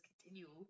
continue